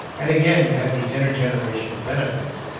and again you had these intergenerational benefits.